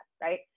right